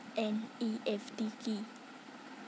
NEFT কি?